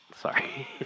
sorry